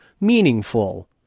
meaningful